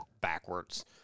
backwards